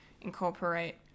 incorporate